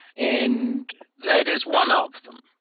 and that is one of them.